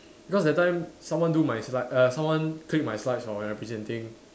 because that time someone do my slide uh someone click my slides when I was presenting